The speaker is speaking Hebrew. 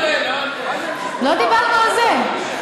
לא דיברנו על זה.